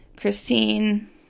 Christine